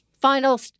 final